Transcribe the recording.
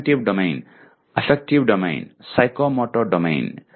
cognitive domain affective domain psychomotor domain